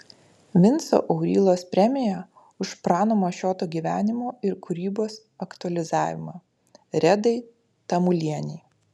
vinco aurylos premija už prano mašioto gyvenimo ir kūrybos aktualizavimą redai tamulienei